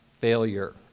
failure